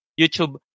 YouTube